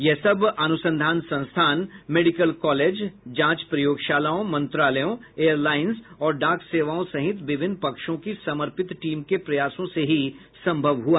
यह सब अनुसंधान संस्थान मेडिकल कॉलेज जांच प्रयोगशालाओं मंत्रालयों एयर लाइंस और डाक सेवाओं सहित विभिन्न पक्षों की समर्पित टीम के प्रयासों से ही संभव हुआ